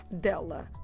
dela